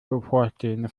bevorstehende